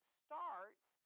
starts